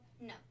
No